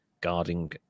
guarding